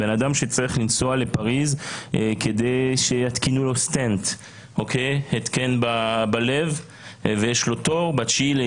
למשל אדם שצריך לנסוע לפריז כדי שיתקינו לו התקן בלב ויש לו תור ב-09.01